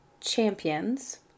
champions